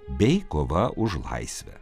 bei kova už laisvę